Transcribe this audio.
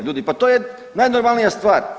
Ljudi, pa to je najnormalnija stvar.